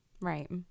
Right